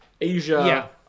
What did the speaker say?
Asia